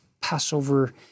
Passover